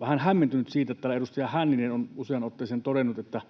vähän hämmentynyt siitä, että edustaja Hänninen on useaan otteeseen todennut, että